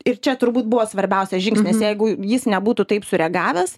ir čia turbūt buvo svarbiausias žingsnis jeigu jis nebūtų taip sureagavęs